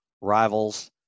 rivals